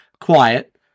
quiet